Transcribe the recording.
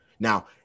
Now